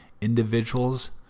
individuals